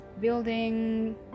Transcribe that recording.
building